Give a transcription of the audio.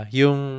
yung